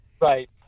Right